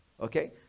Okay